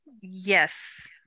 Yes